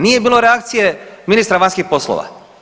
Nije bilo reakcije ministra vanjskih poslova.